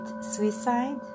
suicide